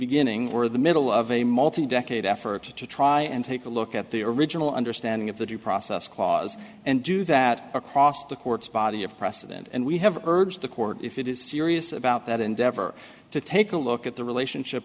beginning or the middle of a multi decade effort to try and take a look at the original understanding of the due process clause and do that across the court's body of precedent and we have urged the court if it is serious about that endeavor to take a look at the relationship